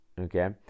Okay